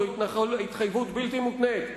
זו התחייבות בלתי מותנית.